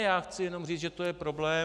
Já chci jen říct, že to je problém.